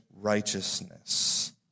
righteousness